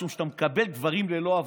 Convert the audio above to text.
משום שאתה מקבל דברים ללא עבודה.